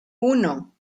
uno